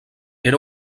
era